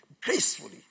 gracefully